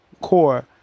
Core